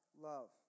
love